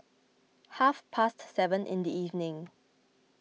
half past seven in the evening